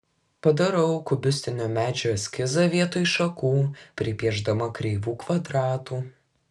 padarau kubistinio medžio eskizą vietoj šakų pripiešdama kreivų kvadratų